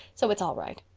so it's all right.